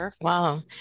Wow